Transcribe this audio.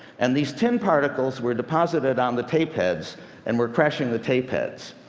and these tin particles were deposited on the tape heads and were crashing the tape heads.